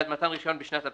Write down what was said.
בעד מתן רישיון בשנת 2019,